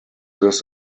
this